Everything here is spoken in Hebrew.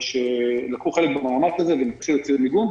שלקחו חלק במאמץ הזה וזקוקים לציוד מיגון.